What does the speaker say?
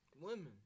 Women